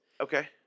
Okay